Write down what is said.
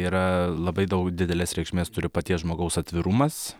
yra labai daug didelės reikšmės turi paties žmogaus atvirumas